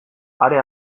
are